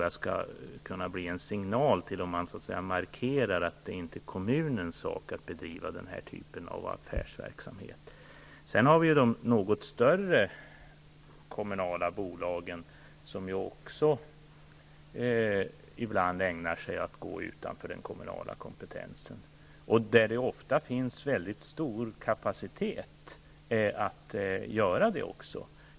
Det här kan bli en signal, dvs. att man markerar att det inte är kommunens sak att bedriva denna typ av affärsverksamhet. De något större kommunala bolagen ägnar sig ibland åt att gå utanför den kommunala kompetensen. Ofta finns det också mycket stor kapacitet att göra detta.